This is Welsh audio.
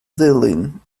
ddulyn